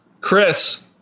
Chris